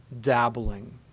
dabbling